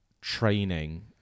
training